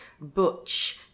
butch